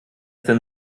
denn